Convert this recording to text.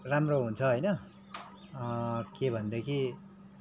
राम्रो हुन्छ होइन के भनेदेखि